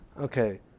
Okay